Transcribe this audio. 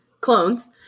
clones